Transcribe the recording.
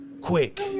quick